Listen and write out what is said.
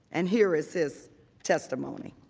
and here is his testimony.